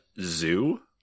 Zoo